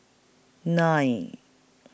nine